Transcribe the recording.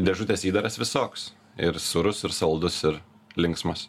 dėžutės įdaras visoks ir sūrus ir saldus ir linksmas